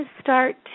start